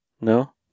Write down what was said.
No